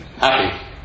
happy